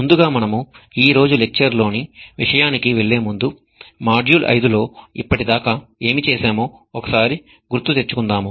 ముందుగా మనము ఈరోజు లెక్చర్ లోని విషయానికి వెళ్లేముందు మాడ్యూల్ 5 లో ఇప్పటిదాకా ఏమి చేశామో ఒకసారి గుర్తు తెచ్చుకుందాం